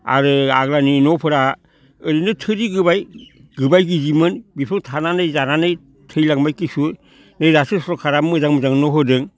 आरो आगोलनि न'फोरा ओरैनो थोरि गोबाय गिजिमोन बेफोराव थानानै जानानै थैलांबाय खिसु नै दासो सोरखारा मोजां मोजां न' होदों